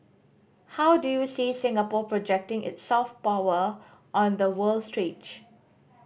how do you see Singapore projecting its soft power on the world stage